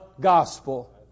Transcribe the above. gospel